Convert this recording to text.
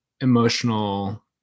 emotional